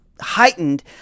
heightened